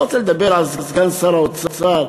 אני לא רוצה לדבר על סגן שר האוצר,